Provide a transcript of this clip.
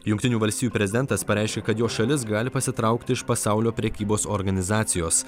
jungtinių valstijų prezidentas pareiškė kad jo šalis gali pasitraukti iš pasaulio prekybos organizacijos